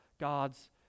God's